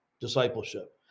discipleship